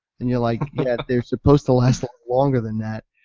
and you're like, yeah, they're supposed to last longer than that,